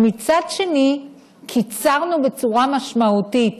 ומצד שני קיצרנו בצורה משמעותית